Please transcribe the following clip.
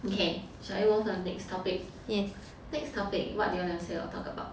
okay shall we move to the next topic next topic what do you wanna say or talk about